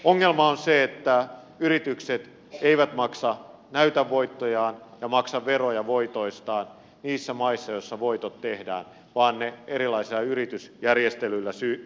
ongelma on se että yritykset eivät näytä voittojaan ja maksa veroja voitoistaan niissä maissa joissa voitot tehdään vaan ne erilaisilla yritysjärjestelyillä siirretään veroparatiiseihin